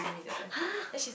!huh!